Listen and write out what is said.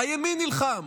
הימין נלחם,